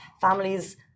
families